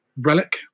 relic